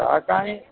शाकानि